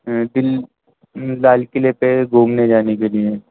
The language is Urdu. دل لال قلعے پہ گھومنے جانے کے لیے